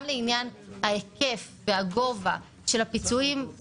גם לעניין ההיקף וגובה הפיצויים,